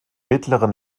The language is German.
mittleren